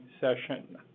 session